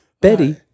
Betty